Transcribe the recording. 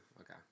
Okay